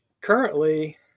currently